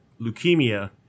leukemia